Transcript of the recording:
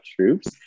troops